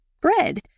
Bread